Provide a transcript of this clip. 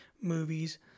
movies